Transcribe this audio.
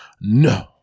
no